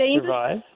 survive